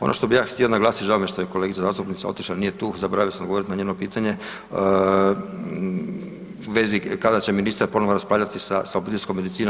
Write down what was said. Ono što bi ja htio naglasiti, žao mi je što je kolegica zastupnica otišla, nije tu, zaboravio sam odgovorit na njeno pitanje u vezi kada će ministar ponovo raspravljati sa, sa obiteljskom medicinom?